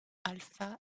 alpha